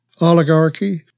oligarchy